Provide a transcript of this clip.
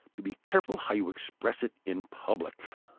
to be careful how you express it in public.